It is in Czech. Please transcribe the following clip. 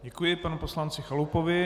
Děkuji panu poslanci Chalupovi.